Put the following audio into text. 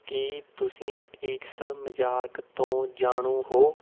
ਕੀ ਤੁਸੀਂ ਇਸ ਮਜ਼ਾਕ ਤੋਂ ਜਾਣੂ ਹੋ